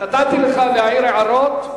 נתתי לך להעיר הערות,